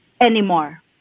anymore